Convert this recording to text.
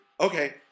Okay